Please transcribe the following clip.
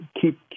keep